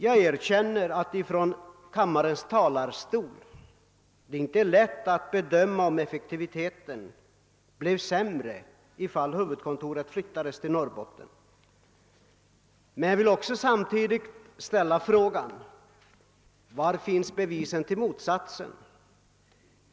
Jag erkänner att det inte är lätt att från kammarens talarstol bedöma, om effektiviteten skulle bli sämre ifall huvudkontoret flyttades till Norrbotten, men jag vill samtidigt ställa frågan, var bevisen finns för motsatsen.